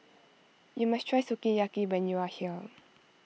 you must try Sukiyaki when you are here